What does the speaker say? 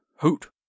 hoot